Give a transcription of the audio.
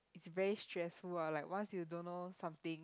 it's very stressful ah like once you don't know something